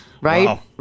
Right